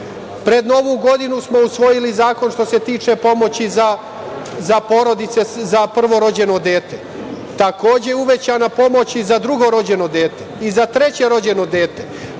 pred Novu godinu smo usvojili zakon koji se tiče pomoći za porodice za prvorođeno dete. Takođe, uvećana je i pomoć za drugo rođeno dete, kao i za treće rođeno